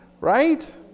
Right